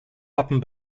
wappen